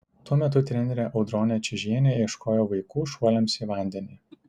tuo metu trenerė audronė čižienė ieškojo vaikų šuoliams į vandenį